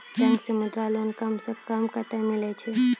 Bank से Mudra loan कम सऽ कम कतैय मिलैय छै?